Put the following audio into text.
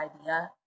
idea